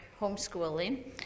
homeschooling